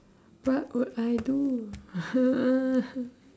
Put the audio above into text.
what would I do